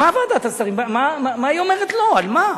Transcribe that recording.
ועדת השרים, למה היא אומרת לא, על מה?